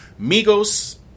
Migos